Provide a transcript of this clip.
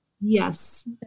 Yes